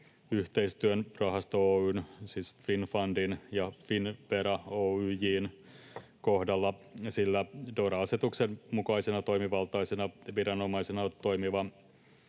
yhteistyön rahasto Oy:n, siis Finnfundin, ja Finnvera Oyj:n kohdalla, sillä DORA-asetuksen mukaisena toimivaltaisena viranomaisena toimiva